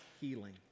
healing